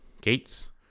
gates